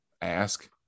ask